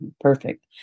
perfect